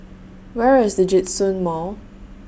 Where IS Djitsun Mall